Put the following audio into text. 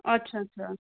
अच्छा अच्छा